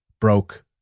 broke